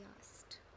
asked